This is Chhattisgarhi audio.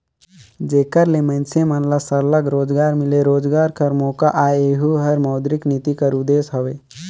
जेकर ले मइनसे मन ल सरलग रोजगार मिले, रोजगार कर मोका आए एहू हर मौद्रिक नीति कर उदेस हवे